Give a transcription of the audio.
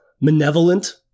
Malevolent